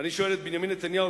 ואני שואל את בנימין נתניהו,